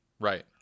right